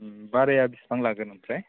भाराया बेसेबां लागोन ओमफ्राय